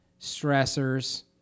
stressors